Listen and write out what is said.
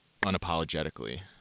unapologetically